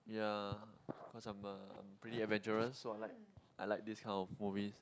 yeah cause I'm a pretty adventurous so I like I like this kind of movies